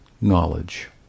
knowledge